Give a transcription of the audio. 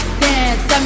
dance